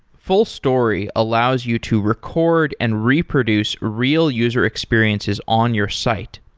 fullstory allows you to record and reproduce real user experiences on your site.